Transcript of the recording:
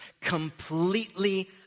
completely